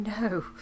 No